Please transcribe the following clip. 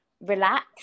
relax